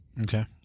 Okay